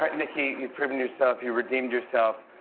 nicki, you've proven yourself. you redeemed yourself.